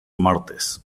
martes